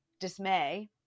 dismay